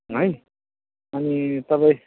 है अनि तपाईँ